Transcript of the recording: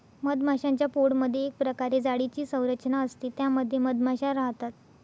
मधमाश्यांच्या पोळमधे एक प्रकारे जाळीची संरचना असते त्या मध्ये मधमाशा राहतात